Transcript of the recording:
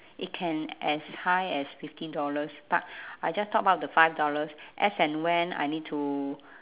it can as high as fifty dollars but I just top up the five dollars as and when I need to